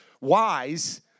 wise